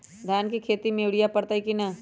धान के खेती में यूरिया परतइ कि न?